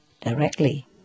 directly